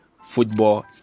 football